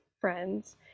friends